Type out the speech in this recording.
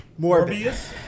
Morbius